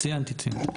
מפורטות.